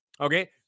Okay